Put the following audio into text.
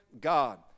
God